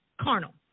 carnal